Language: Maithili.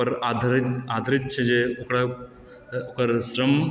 पर आधारित छै जे ओकरा ओकर श्रम